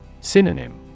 Synonym